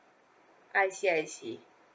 I see I see